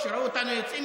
כשראו אותנו יוצאים,